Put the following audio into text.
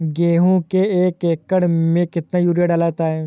गेहूँ के एक एकड़ में कितना यूरिया डाला जाता है?